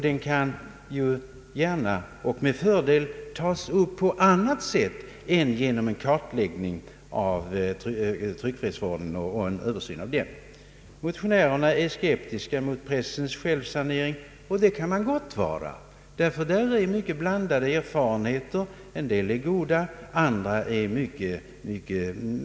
Det kan gärna och med fördel tas upp på annat sätt än genom en kartläggning via tryckfrihetsförordningen och en översyn av den. Motionärerna är skeptiska mot pressens självsanering. Det kan man gott vara, ty här har man mycket blandade erfarenheter — en del goda och andra negativa.